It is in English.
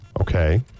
Okay